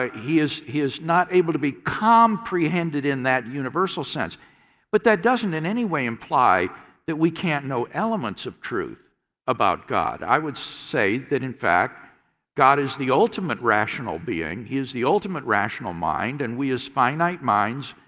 ah he is he is not able to be comprehended in that universal sense but that doesn't in any way imply that we can't know elements of truth about god. i would say that in fact god is the ultimate rational being, he is the ultimate rational mind and we, as finite minds,